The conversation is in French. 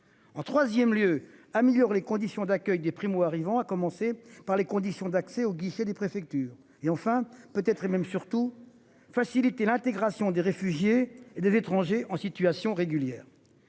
En 3ème lieu, améliore les conditions d'accueil des primo-arrivants à commencer par les conditions d'accès au guichet des préfectures et enfin peut être et même surtout faciliter l'intégration des réfugiés et des étrangers en situation régulière.